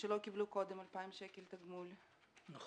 שלא קיבלו קודם - 2,000 שקלים תגמול חודשי.